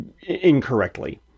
incorrectly